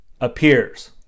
appears